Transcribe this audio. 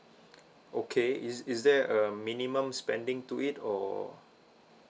okay is is there a minimum spending to it or